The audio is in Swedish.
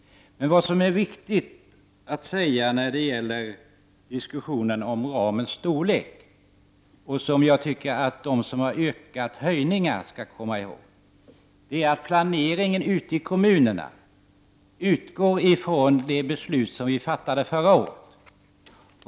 Men vad som är viktigt att säga när det gäller diskussionen om ramens storlek, och som jag tycker att de som har yrkat på höjningar skall komma ihåg, är att planeringen ute i kommunerna utgår från de beslut som riksdagen fattade förra året.